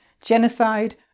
genocide